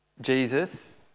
Jesus